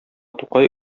тукай